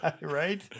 Right